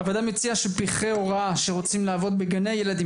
הוועדה מציעה שפרחי-הוראה שרוצים לעבוד בגני ילדים